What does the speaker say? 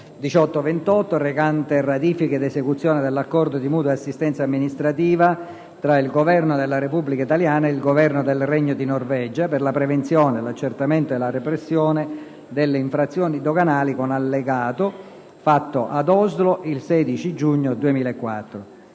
DI LEGGE Ratifica ed esecuzione dell'Accordo di mutua assistenza amministrativa tra il Governo della Repubblica italiana ed il Governo del Regno di Norvegia, per la prevenzione, l'accertamento e la repressione delle infrazioni doganali, con Allegato, fatto a Oslo il 16 giugno 2004